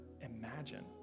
imagine